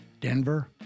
Denver